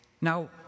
Now